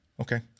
okay